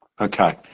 okay